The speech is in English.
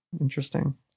Interesting